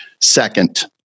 second